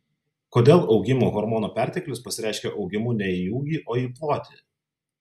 kodėl augimo hormono perteklius pasireiškia augimu ne į ūgį o į plotį